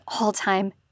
all-time